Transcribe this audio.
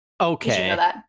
okay